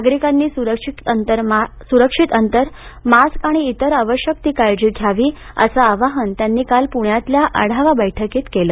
नागरिकांनी सुरक्षित अंतर मास्क आणि इतर आवश्यक ती काळजी घ्यावी असं आवाहन त्यांनी काल पुण्यातल्या आढावा बैठकीत केलं